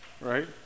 Right